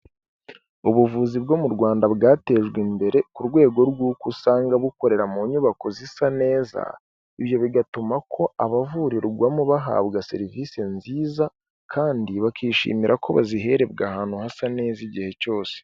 Ubuvuzi bwo mu Rwanda bwatejwe imbere ku rwego rw'uko usanga bukorera mu nyubako zisa neza ibyo bigatuma ko abavurirwamo bahabwa serivise nziza kandi bakishimira ko baziherebwa ahantu hasa neza igihe cyose.